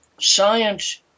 science